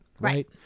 Right